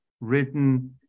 written